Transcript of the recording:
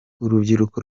urubyiruko